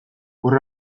hor